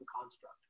construct